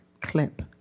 clip